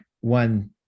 one